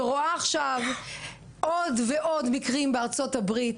ורואה עכשיו עוד ועוד מקרים בארצות הברית,